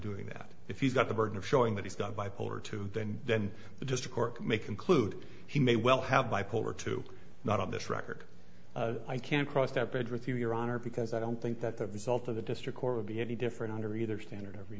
doing that if he's got the burden of showing that he's got bipolar two then then just a court may conclude he may well have bipolar two not on this record i can't cross that bridge with you your honor because i don't think that the result of the district court would be any different under either standard